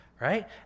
right